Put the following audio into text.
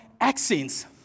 accents